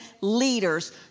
leaders